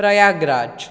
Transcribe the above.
Prayagraj